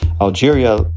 Algeria